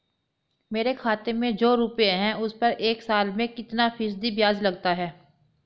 मेरे खाते में जो रुपये हैं उस पर एक साल में कितना फ़ीसदी ब्याज लगता है?